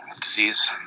disease